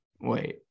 Wait